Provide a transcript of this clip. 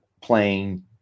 playing